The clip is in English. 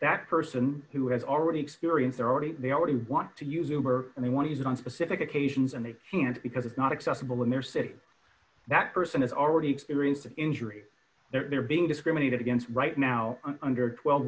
that person who has already experience there already they already want to use uber and they want to use it on specific occasions and they can't because it's not acceptable in their city that person is already experienced an injury they're being discriminated against right now under twelve